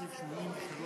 פיצול דירות)